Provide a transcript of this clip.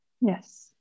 Yes